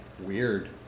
weird